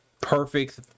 perfect